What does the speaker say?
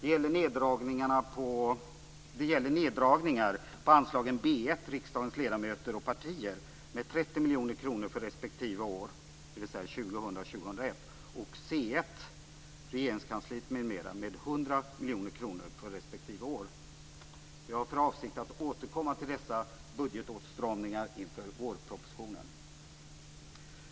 Det gäller neddragningar på anslagen B 1, Riksdagens ledamöter och partier, med 30 miljoner kronor för respektive år, dvs. år 2000 och 2001, och C 1, Regeringskansliet m.m., med 100 miljoner kronor för respektive år.